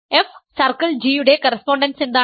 F circle g യുടെ correspondence എന്താണ്